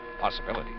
Possibility